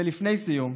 ולפני סיום,